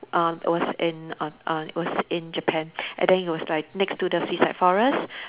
uh it was in uh uh it was in Japan and then it was like next to the suicide forest